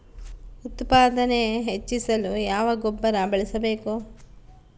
ಉತ್ಪಾದನೆ ಹೆಚ್ಚಿಸಲು ಯಾವ ಗೊಬ್ಬರ ಬಳಸಬೇಕು?